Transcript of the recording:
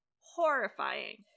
horrifying